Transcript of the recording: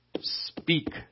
Speak